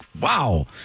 wow